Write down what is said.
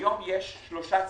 היום יש שלושה- -- במס: